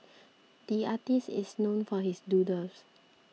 the artist is known for his doodles